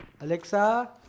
Alexa